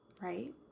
right